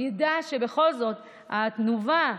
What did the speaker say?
שידע שבכל זאת התנובה,